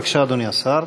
בבקשה, אדוני השר.